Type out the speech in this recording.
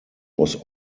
was